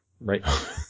right